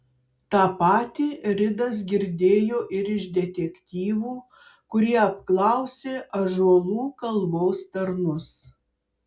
tą patį ridas girdėjo ir iš detektyvų kurie apklausė ąžuolų kalvos tarnus